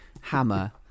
Hammer